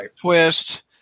twist